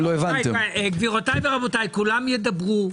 כולם ידברו.